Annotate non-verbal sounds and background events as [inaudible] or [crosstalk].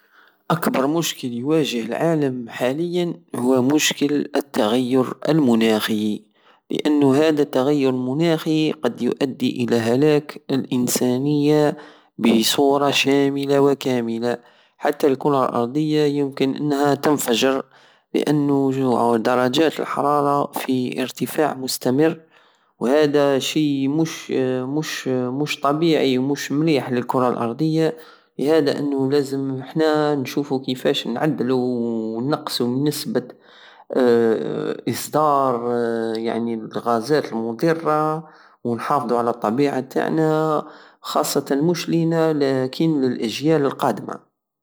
اكبر مشكل يولجه العام حاليا هو مشكل التغير المناخي لانو هدا التغير المناخي قد يؤدي الى هلاك الانسانية بصورة شاملة وكاملة حتى الكرة الارضية يمكن انها تنفجر لانو درجات الحرارة في ارتفاع مستمر وهدا شيء مش مش- مش طبيعي ومش مليح على الكرة الارضية لهادا لازم حنا نشوفو كيفاش نعدلو ونقسو نسبة [hesitation] اصدار الغازات المضرة ونحافضو على الطبيعة تاعنا خاصتا مش لينا لطن للاجيال القادمة